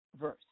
verse